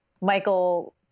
michael